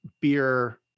beer